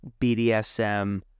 BDSM